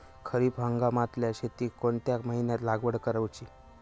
खरीप हंगामातल्या शेतीक कोणत्या महिन्यात लागवड करूची?